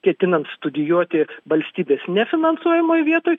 ketinant studijuoti valstybės nefinansuojamoj vietoj